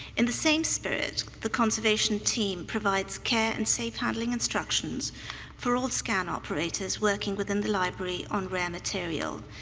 in the same spirit, the conservation team provides care and safe handling instructions for all scan operators working within the library on rare materials,